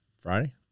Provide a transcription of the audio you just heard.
Friday